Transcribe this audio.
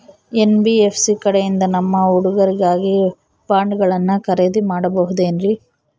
NBFC ಕಡೆಯಿಂದ ನಮ್ಮ ಹುಡುಗರಿಗಾಗಿ ಬಾಂಡುಗಳನ್ನ ಖರೇದಿ ಮಾಡಬಹುದೇನ್ರಿ?